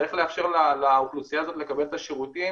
צריך לאפשר לאוכלוסייה הזאת לקבל את השירותים